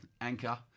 anchor